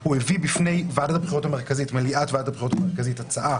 - הוא הביא בפני מליאת ועדת הבחירות המרכזית הצעה